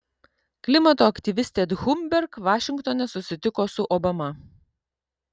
klimato aktyvistė thunberg vašingtone susitiko su obama